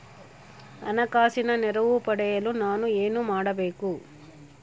ಹಣಕಾಸಿನ ನೆರವು ಪಡೆಯಲು ನಾನು ಏನು ಮಾಡಬೇಕು?